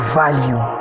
value